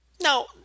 now